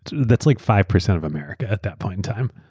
that's like five percent of america at that point in time.